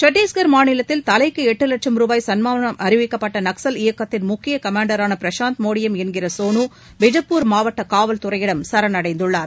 சட்டஸ்கர் மாநிலத்தில் தலைக்குஎட்டுலட்சம் ரூபாய் சன்மானம் அறிவிக்கப்பட்டநக்சல் இயக்கத்தின் முக்கியகமாண்டரானபிரசாந்த் மோடியம் என்கிறசோனுபிஜப்பூர் மாவட்டகாவல்துறையிடம் சரணடைந்தள்ளார்